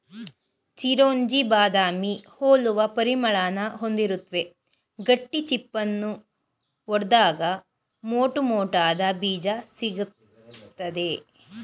ಚಿರೊಂಜಿ ಬಾದಾಮಿ ಹೋಲುವ ಪರಿಮಳನ ಹೊಂದಿರುತ್ವೆ ಗಟ್ಟಿ ಚಿಪ್ಪನ್ನು ಒಡ್ದಾಗ ಮೋಟುಮೋಟಾದ ಬೀಜ ಸಿಗ್ತದೆ